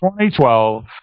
2012